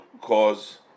cause